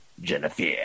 Jennifer